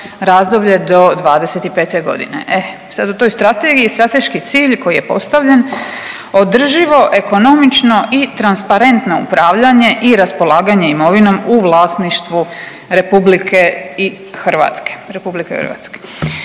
razdoblje do 2025. godine. E sad u toj strategiji, strateški cilj koji je postavljen održivo, ekonomično i transparentno upravljanje i raspolaganje imovinom u vlasništvu Republike Hrvatske. No, znamo svi da je